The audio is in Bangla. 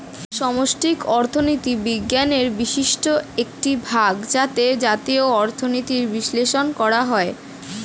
সামষ্টিক অর্থনীতি বিজ্ঞানের বিশিষ্ট একটি ভাগ যাতে জাতীয় অর্থনীতির বিশ্লেষণ করা হয়